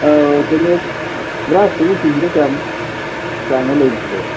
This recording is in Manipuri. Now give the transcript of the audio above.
ꯑꯧ ꯀꯩꯅꯣ ꯒ꯭ꯔꯥꯁꯇꯨꯕꯨ ꯀꯦ ꯖꯤꯗ ꯀꯌꯥꯃꯨꯛ ꯆꯥꯡꯅꯣ ꯂꯩꯔꯤꯁꯤꯕꯣ